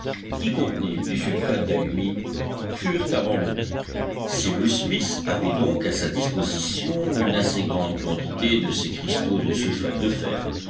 qui contenait du sulfate d'alumine furent abandonnées cyrus smith avait donc à sa disposition une assez grande quantité de ces cristaux de sulfate de fer